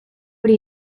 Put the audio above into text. hori